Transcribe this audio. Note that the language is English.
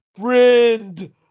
friend